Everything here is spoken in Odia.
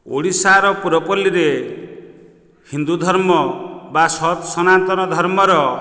ଓଡ଼ିଶାର ପୁରପଲ୍ଲୀରେ ହିନ୍ଦୁଧର୍ମ ବା ସତ୍ ସନାତନ ଧର୍ମର